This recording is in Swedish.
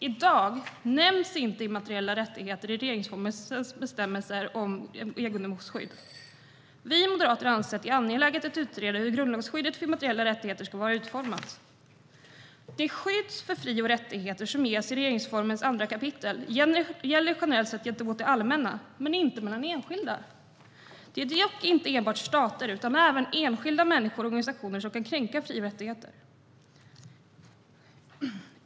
I dag nämns inte immateriella rättigheter i regeringsformens bestämmelser om egendomsskydd. Vi moderater anser att det är angeläget att utreda hur grundlagsskyddet för immateriella rättigheter ska vara utformat. Det skydd för fri och rättigheter som ges i regeringsformens andra kapitel gäller generellt sett gentemot det allmänna, men inte mellan enskilda. Det är dock inte enbart stater utan även enskilda människor och organisationer som kan kränka fri och rättigheter.